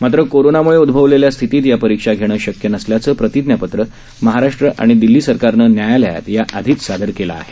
मात्र कोरोनामुळे उदभवलेल्या स्थितीत या परीक्षा घेणं शक्य नसल्याचं प्रतिज्ञापत्र महाराष्ट्र आणि दिल्ली सरकारनं न्यायालयात याआधीच सादर केलं आहे